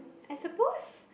I suppose